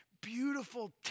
beautiful